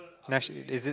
Natio~ is it